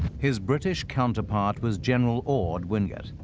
his british counterpart was general orde wingate,